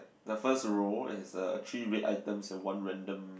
the first row is a three red items and one random